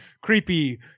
creepy